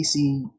PC